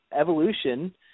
evolution